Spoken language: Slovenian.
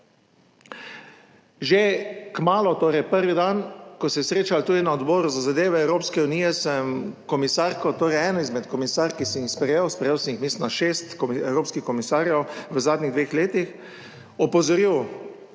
Že kmalu, torej prvi dan, ko se je srečala tudi na Odboru za zadeve Evropske unije, sem komisarko, torej eno izmed komisark, ki sem jih sprejel, sprejel sem jih, mislim da šest evropskih komisarjev v zadnjih dveh letih, opozoril